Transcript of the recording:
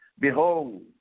Behold